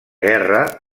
guerra